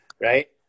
right